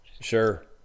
sure